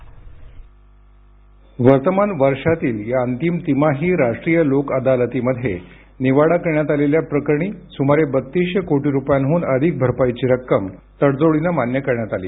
ध्वनी वर्तमान वर्षातील या अंतिम तिमाही राष्ट्रीय लोक अदालतीमध्ये निवाडा करण्यात आलेल्या प्रकऱणी सुमारे बत्तीसशे कोटी रुपयांहून अधिक भरपाईची रक्कम तडजोडीनं मान्य करण्यात आली